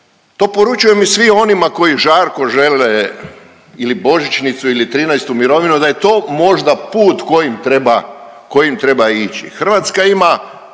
to poručujem i svim onima koji žarko žele ili božićnicu ili 13. mirovinu da je to možda put kojim treba, kojim treba ići.